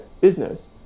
business